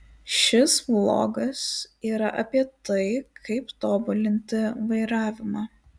šis vlogas yra apie tai kaip tobulinti vairavimą